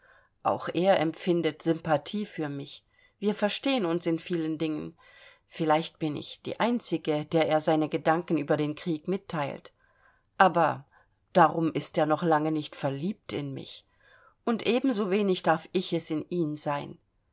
auch er empfindet sympathie für mich wir verstehen uns in vielen dingen vielleicht bin ich die einzige der er seine gedanken über den krieg mitteilt aber darum ist er noch lange nicht verliebt in mich und ebensowenig darf ich es in ihn sein